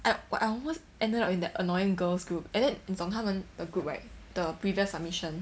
I !wah! I almost ended up in that annoying girls' group and then 你懂他们 the group right the previous submission